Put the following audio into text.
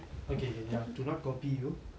okay do not copy you